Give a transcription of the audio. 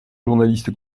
journaliste